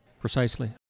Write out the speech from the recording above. Precisely